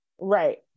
right